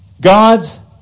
God's